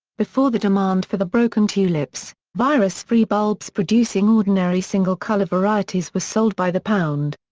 before the demand for the broken tulips, virus-free bulbs producing ordinary single-color varieties were sold by the pound.